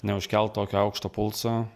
neužkelt tokio aukšto pulso